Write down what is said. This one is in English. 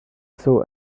saw